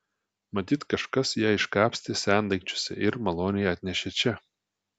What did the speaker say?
matyt kažkas ją iškapstė sendaikčiuose ir maloniai atnešė čia